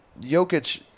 Jokic